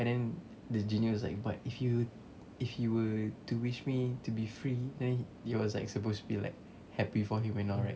and then the genie was like but if you if you were to wish me to be free then he was like supposed to be like happy for him and all right